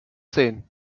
sehen